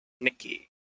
Nikki